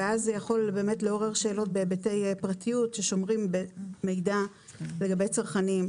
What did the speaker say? ואז זה יכול לעורר שאלות בהיבטי פרטיות ששומרים מידע לגבי צרכנים.